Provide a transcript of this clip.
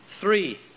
Three